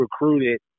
recruited